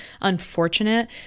unfortunate